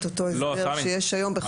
צריך לומר שבמקרים האלה,